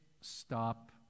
stop